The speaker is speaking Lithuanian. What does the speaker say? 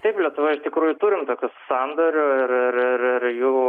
taip lietuvoj iš tikrųjų turim tokių sandorių ir ir ir jų